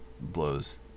blows